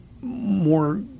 more